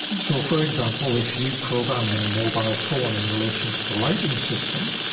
so, for example, if you program in a mobile phone in relation to the lighting system,